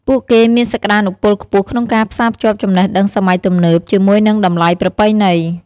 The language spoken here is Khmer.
ពួកគេមានសក្ដានុពលខ្ពស់ក្នុងការផ្សារភ្ជាប់ចំណេះដឹងសម័យទំនើបជាមួយនឹងតម្លៃប្រពៃណី។